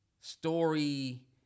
story